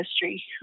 history